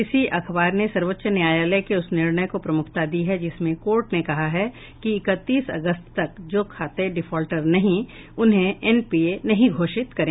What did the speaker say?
इसी अखबार ने सर्वोच्च न्यायालय के उस निर्णय को प्रमुखता दी है जिसमें कोर्ट ने कहा है कि इकतीस अगस्त तक जो खाते डिफोल्टर नहीं उन्हें एनपीए नहीं घोषित करें